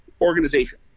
organization